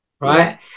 Right